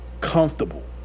comfortable